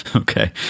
Okay